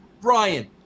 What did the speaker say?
Brian